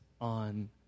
on